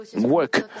work